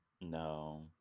No